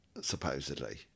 supposedly